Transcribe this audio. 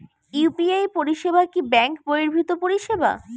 UPI পরিসেবা কি bank বর্হিভুত পরিসেবা?